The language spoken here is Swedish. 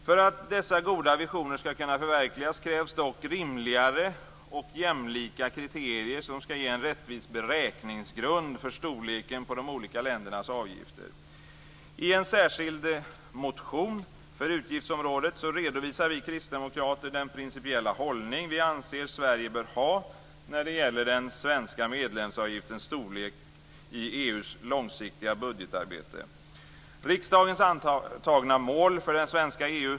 För att dessa goda visioner skall kunna förverkligas krävs dock rimligare och jämlika kriterier som skall ge en rättvis beräkningsgrund för storleken på de olika ländernas avgifter. I en särskild motion för utgiftsområdet redovisar vi kristdemokrater den principiella hållning vi anser att Sverige bör ha när det gäller den svenska medlemsavgiftens storlek i EU:s långsiktiga budgetarbete.